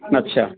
अच्छा